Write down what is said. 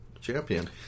champion